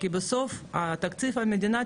כי בסוף תקציב המדינה,